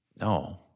No